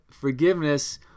forgiveness